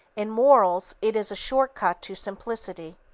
in morals it is a short-cut to simplicity.